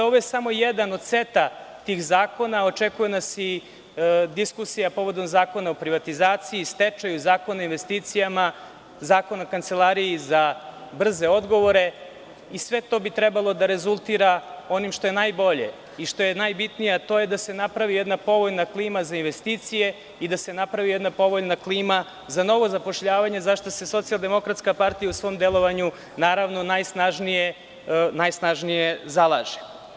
Ovo je samo jedan od seta tih zakona, očekuje nas i diskusija povodom Zakona o privatizaciji i stečaju, Zakona o investicijama, Zakona o Kancelariji za brze odgovore i sve to bi trebalo da rezultira onom što je najbolje i što je najbitnije, a to je da se napravi jedna povoljna klima za investicije i da se napravi jedna povoljna klima za novo zapošljavanje, za šta se SDP u svom delovanju naravno najsnažnije zalaže.